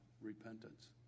repentance